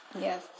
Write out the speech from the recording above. Yes